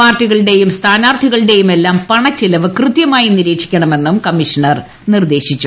പാർട്ടികളുടെയും സ്ഥാനാർഥ്രികളുടെയുമെല്ലാം പണച്ചെലവ് കൃത്യമായി നിരീക്ഷിക്കണ്ഠെന്നും കമ്മീഷണർ നിദേശിച്ചു